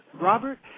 Robert